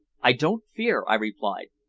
i don't fear, i replied.